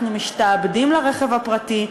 אנחנו משתעבדים לרכב הפרטי,